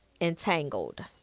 Entangled